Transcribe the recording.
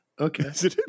okay